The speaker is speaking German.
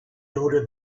tote